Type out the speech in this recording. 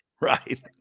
Right